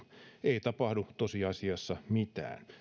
ei tapahdu tosiasiassa mitään